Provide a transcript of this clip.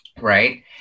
right